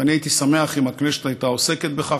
ואני הייתי שמח אם הכנסת הייתה עוסקת בכך,